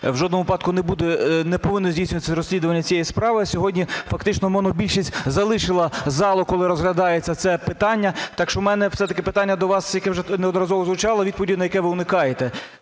в жодному випадку не повинно здійснюватися розслідування цієї справи. Сьогодні фактично монобільшість залишила залу, коли розглядається це питання. Так що в мене все-таки питання до вас, скільки вже неодноразово звучало, відповіді на яке ви уникаєте.